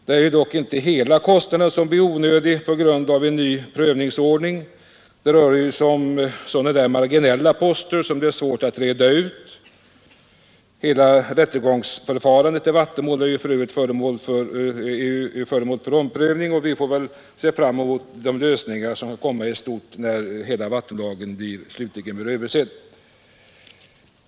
Det är ju dock inte hela kostnaden som bli onödig på grund av en ny prövningsordning. Det rör sig om sådana marginella poster som också är svåra att reda ut. Hela rättegångsförfarandet i vattenmål är ju föremål för omprövning, och vi får väl se fram mot en lösning i stort efter den slutliga översynen av vattenlagen.